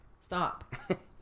Stop